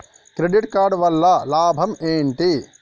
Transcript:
Credit card వల్ల లాభం ఏంటి?